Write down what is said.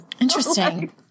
Interesting